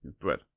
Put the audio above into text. Bread